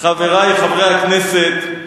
חברי חברי הכנסת,